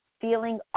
feeling